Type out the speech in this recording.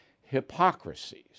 hypocrisies